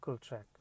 track